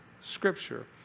scripture